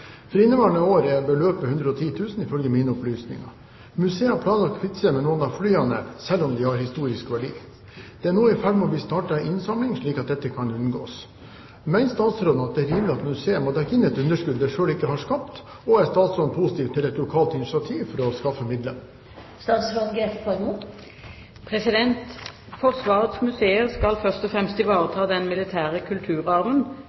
For inneværende år er beløpet 110 000 kr, ifølge mine opplysninger. Museet har planlagt å kvitte seg med noen av flyene selv om de har historisk verdi. Det er nå i ferd med å bli startet en innsamling slik at dette unngås. Mener statsråden at det er rimelig at museet må dekke inn et underskudd det selv ikke har skapt, og er statsråden positiv til et lokalt initiativ for å skaffe midler?» Forsvarets museer skal først og fremst ivareta den militære kulturarven